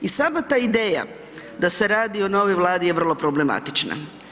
I sama ta ideja da se radi o novoj vladi je vrlo problematična.